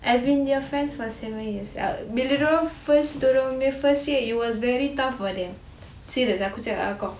I've been their fans for seven years bila diorang first diorang punya first year it was very tough for them serious aku cakap dengan kau